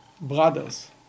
brothers